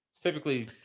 Typically